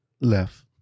left